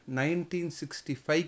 1965